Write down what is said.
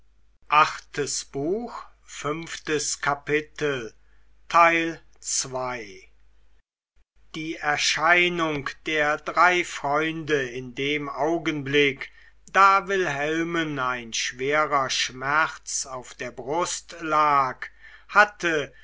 die erscheinung der drei freunde in dem augenblick da wilhelmen ein schwerer schmerz auf der brust lag hatte